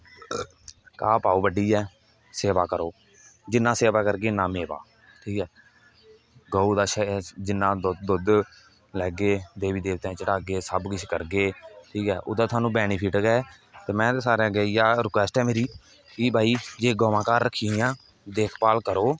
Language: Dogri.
घा पाओ बड्ढियै सेवा करो जिन्ना सेवा करगे इन्ना मेवा ठीक ऐ गौ दा जिन्ना दुद्ध लेगे देवी देवते दे चढागे सब किश करगे ठीक ऐओहदा सानू बेनीफिट अगर ऐ में ते सारे अग्गे इयै रिक्वेस्ट ऐ मेरी कि भाई जेकर गवां घार रक्खी दियां देखभाल करो